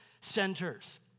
centers